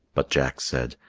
but jack said,